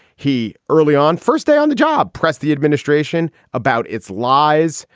he early on first day on the job, pressed the administration about its lies,